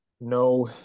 no